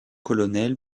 colonel